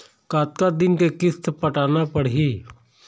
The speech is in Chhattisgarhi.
कतका दिन के किस्त पटाना पड़ही?